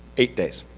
eight days.